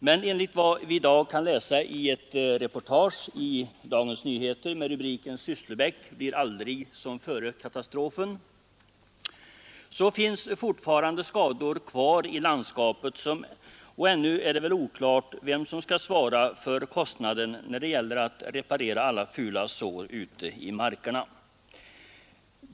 Men enligt vad vi i dag kan läsa i ett reportage i Dagens Nyheter med rubriken ”Sysslebäck blir aldrig som före katastrofen” finns det fortfarande skador kvar i landskapet, och ännu är det väl oklart vem som skall svara för kostnaden när det gäller att reparera alla fula sår ute i markerna.